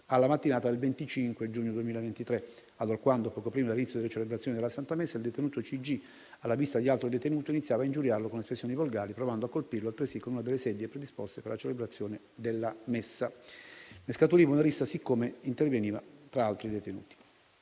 alla mattinata del 25 giugno 2023, allorquando, poco prima dell'inizio delle celebrazioni della santa messa, il detenuto C.G., alla vista di altro detenuto, iniziava a ingiuriarlo con espressioni volgari, provando a colpirlo, altresì, con una delle sedie predisposte per la celebrazione della messa. Ne scaturiva una rissa poiché intervenivano altri detenuti.